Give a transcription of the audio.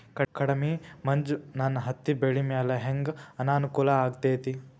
ಕಡಮಿ ಮಂಜ್ ನನ್ ಹತ್ತಿಬೆಳಿ ಮ್ಯಾಲೆ ಹೆಂಗ್ ಅನಾನುಕೂಲ ಆಗ್ತೆತಿ?